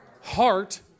heart